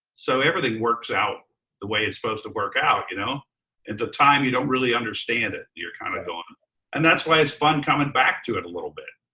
so everything works out the way it's supposed to work out. you know at the time you don't really understand it, you're kind of going. and that's why it's fun coming back to it a little bit.